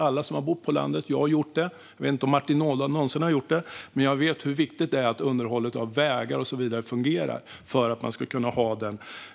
Alla som har bott på landet - jag har gjort det; jag vet inte om Martin Ådahl någonsin har gjort det - vet hur viktigt det är att underhållet av vägar och så vidare fungerar i